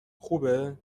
خوبه